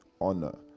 honor